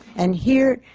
and here,